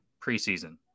preseason